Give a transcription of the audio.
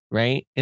right